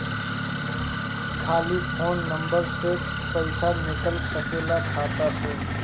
खाली phone number से पईसा निकल सकेला खाता से?